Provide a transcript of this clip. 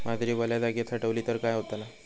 बाजरी वल्या जागेत साठवली तर काय होताला?